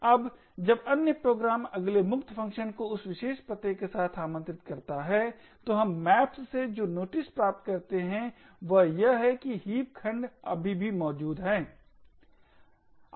अब जब अन्य प्रोग्राम अगले मुक्त फंक्शन को उस विशेष पते के साथ आमंत्रित करता है तो हम maps से जो नोटिस प्राप्त करते हैं वह यह है कि हीप खंड अभी भी मौजूद है